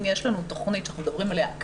אם יש לנו תוכנית שאנחנו מדברים עליה בכיתה,